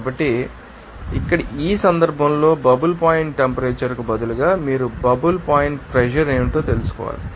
కాబట్టి ఇక్కడ ఈ సందర్భంలో బబుల్ పాయింట్ టెంపరేచర్ కు బదులుగా మీరు బబుల్ పాయింట్ ప్రెజర్ ఏమిటో తెలుసుకోవాలి